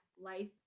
life